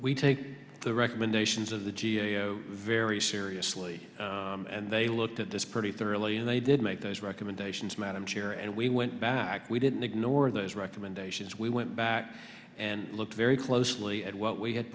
we take the recommendations of the g a o very seriously and they looked at this pretty thoroughly and they did make those recommendations madam chair and we went back we didn't ignore those recommendations we went back and looked very closely at what we had